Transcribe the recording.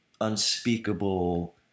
unspeakable